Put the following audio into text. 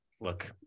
look